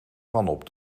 vanop